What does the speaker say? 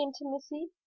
intimacy